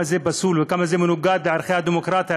זה פסול וכמה זה מנוגד לערכי הדמוקרטיה,